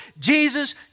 Jesus